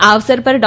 આ અવસર પર ડો